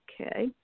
Okay